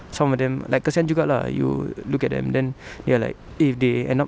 some of them like kasihan juga lah you look at them then they're like if they end up